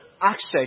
access